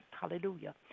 hallelujah